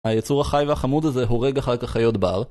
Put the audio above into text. היצור החי והחמוד הזה הורג אחר כך חיות בר